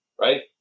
right